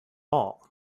all